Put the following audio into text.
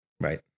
Right